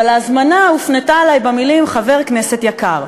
אבל ההזמנה הופנתה אלי במילים: "חבר כנסת יקר".